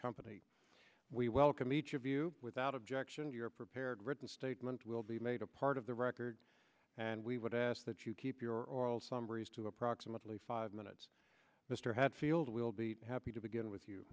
company we welcome each of you without objection your prepared written statement will be made a part of the record and we would ask that you keep your oral summaries to approximately five minutes mr hatfield will be happy to begin with you